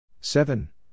seven